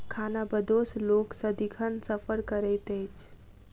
खानाबदोश लोक सदिखन सफर करैत अछि